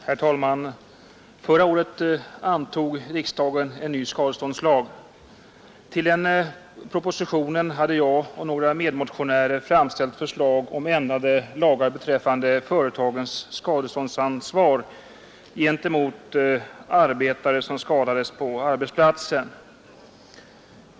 Herr talman! Förra året antog riksdagen en ny skadeståndslag. I anledning av propositionen därom hade jag och några medmotionärer framställt förslag om ändrade lagar beträffande arbetsgivarnas skadeståndsansvar gentemot arbetare som skadas på arbetsplatsen.